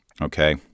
okay